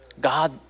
God